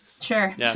Sure